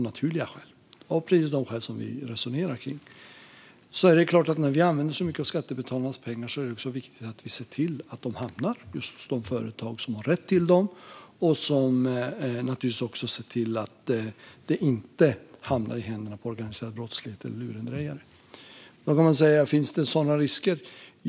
När vi använder så mycket av skattebetalarnas pengar är det självklart också viktigt att vi ser till att de hamnar just hos de företag som har rätt till dem och inte hamnar i händerna på organiserad brottslighet eller lurendrejare. Finns det då sådana risker?